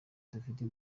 dufite